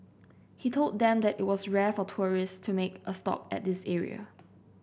he told them that it was rare for tourists to make a stop at this area